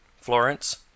Florence